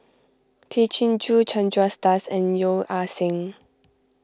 Tay Chin Joo Chandra Das and Yeo Ah Seng